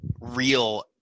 real